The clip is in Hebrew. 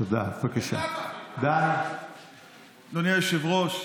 אדוני היושב-ראש.